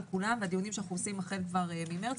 כולם והדיונים שאנחנו מנהלים החל ממרץ,